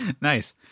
Nice